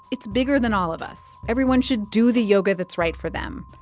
it's bigger than all of us. everyone should do the yoga that's right for them.